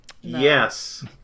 Yes